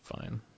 fine